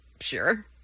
Sure